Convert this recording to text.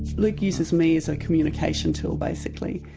luke uses me as a communication tool, basically,